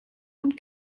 und